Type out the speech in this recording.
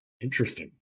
Interesting